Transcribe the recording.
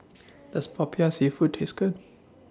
Does Popiah Seafood Taste Good